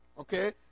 Okay